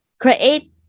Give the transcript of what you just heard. Create